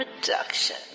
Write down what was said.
production